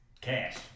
cash